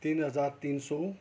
तिन हजार तिन सय